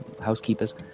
housekeepers